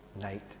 night